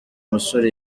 musore